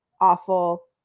awful